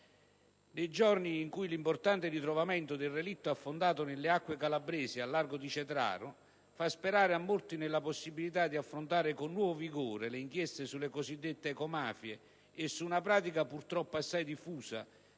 Nei giorni in cui l'importante ritrovamento del relitto affondato nelle acque calabresi a largo di Cetraro fa sperare a molti nella possibilità di affrontare con nuovo vigore le inchieste sulle cosiddette ecomafie e su una pratica - purtroppo assai diffusa